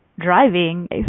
driving